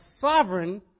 sovereign